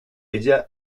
ella